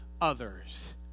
others